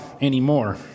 anymore